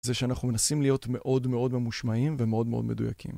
זה שאנחנו מנסים להיות מאוד מאוד ממושמעים ומאוד מאוד מדויקים.